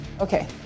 Okay